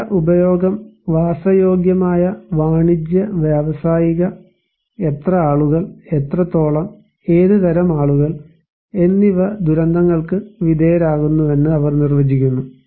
കെട്ടിട ഉപയോഗം വാസയോഗ്യമായ വാണിജ്യ വ്യാവസായിക എത്ര ആളുകൾ എത്രത്തോളം ഏത് തരം ആളുകൾ എന്നിവ ദുരന്തങ്ങൾക്ക് വിധേയരാകുന്നുവെന്ന് അവർ നിർവചിക്കുന്നു